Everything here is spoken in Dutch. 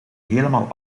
helemaal